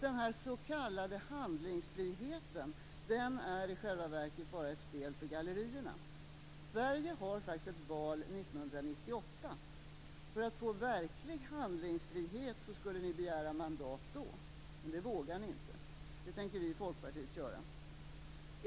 Den s.k. handlingsfriheten är i själva verket bara ett spel för gallerierna. Sverige har faktiskt ett val 1998. För att få verklig handlingsfrihet skulle ni begära mandat då. Men det vågar ni inte. Det tänker vi i Folkpartiet göra.